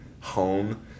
home